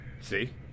See